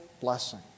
blessing